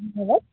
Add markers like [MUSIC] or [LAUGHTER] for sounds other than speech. [UNINTELLIGIBLE]